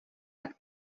tak